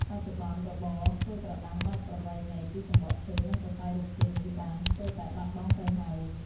បច្ចុប្បន្ន របរធ្វើក្រដាសបែបប្រពៃណីពីសំបកឈើ និងសរសៃរុក្ខជាតិនេះបាន ស្ទើរតែបាត់បង់ទៅហើយ។